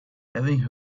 having